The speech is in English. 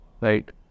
right